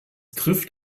trifft